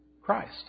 Christ